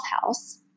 house